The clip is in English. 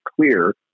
clear